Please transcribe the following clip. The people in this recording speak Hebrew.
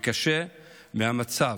וקשה מהמצב.